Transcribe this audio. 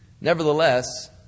Nevertheless